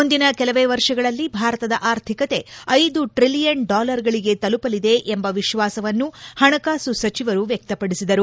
ಮುಂದಿನ ಕೆಲವೇ ವರ್ಷಗಳಲ್ಲಿ ಭಾರತದ ಆರ್ಥಿಕತೆ ಐದು ಟ್ರಲಿಯನ್ ಡಾಲರ್ಗಳಿಗೆ ತಲುಪಲಿದೆ ಎಂಬ ವಿಶ್ವಾಸವನ್ನು ಪಣಕಾಸು ಸಚಿವರು ವ್ಯಕ್ತಪಡಿಸಿದರು